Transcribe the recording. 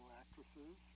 actresses